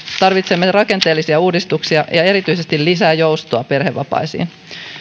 tarvitsemme rakenteellisia uudistuksia ja erityisesti lisää joustoa perhevapaisiin